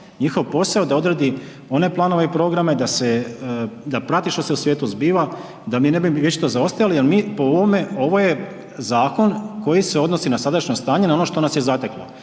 njihov posao je da odredi one planove i programe da prati što se u svijetu zbiva, da mi ne bi vječito zaostajali, jel mi po ovome, ovo je zakon koji se odnosi na sadašnje stanje na ono što nas je zateklo.